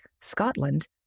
Scotland